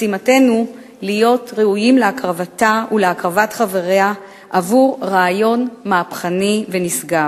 משימתנו להיות ראויים להקרבתה ולהקרבת חבריה עבור רעיון מהפכני ונשגב,